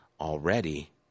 already